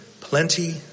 plenty